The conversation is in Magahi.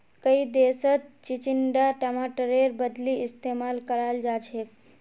कई देशत चिचिण्डा टमाटरेर बदली इस्तेमाल कराल जाछेक